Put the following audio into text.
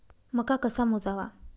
मका कसा मोजावा?